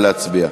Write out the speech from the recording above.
נא להצביע.